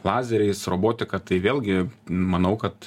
lazeriais robotika tai vėlgi manau kad